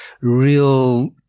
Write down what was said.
real